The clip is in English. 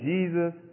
Jesus